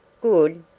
good?